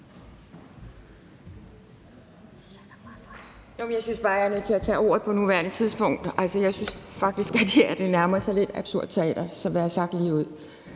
Jeg synes bare, jeg er nødt til at tage ordet på nuværende tidspunkt. Jeg synes faktisk, at det her lidt nærmer sig absurd teater, for at sige det ligeud.